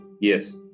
Yes